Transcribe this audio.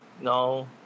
no